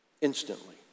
Instantly